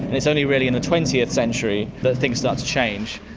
it's only really in the twentieth century that things start to change.